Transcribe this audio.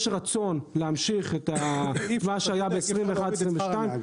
יש רצון להמשיך את מה שהיה ב-2022-2021.